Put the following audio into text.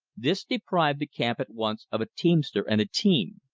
this deprived the camp at once of a teamster and a team.